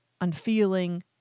unfeeling